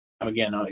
Again